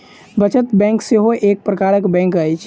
बचत बैंक सेहो एक प्रकारक बैंक अछि